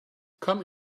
come